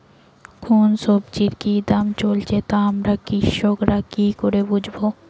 কোন সব্জির কি দাম চলছে তা আমরা কৃষক রা কি করে বুঝবো?